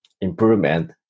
improvement